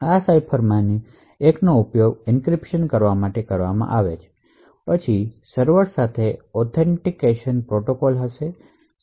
આ સાઇફર માંથી એકનો ઉપયોગ એન્ક્રિપ્શંસ કરવા માટે કરવામાં આવશે અને પછી સર્વર સાથેનો ઓથેન્ટિકેશન પ્રોટોકોલ હશે